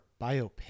biopic